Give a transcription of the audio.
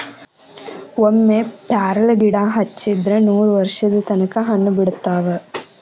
ಒಮ್ಮೆ ಪ್ಯಾರ್ಲಗಿಡಾ ಹಚ್ಚಿದ್ರ ನೂರವರ್ಷದ ತನಕಾ ಹಣ್ಣ ಬಿಡತಾವ